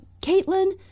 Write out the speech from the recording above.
Caitlin